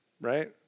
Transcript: right